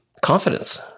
confidence